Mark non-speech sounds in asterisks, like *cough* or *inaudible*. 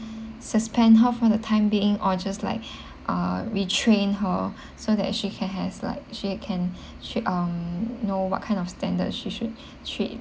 suspend her for the time being or just like *breath* uh retrain her *breath* so that she can has like she can *breath* she um know what kind of standard she should treat